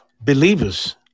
believers